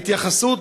ההתייחסות,